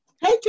Hey